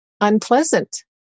unpleasant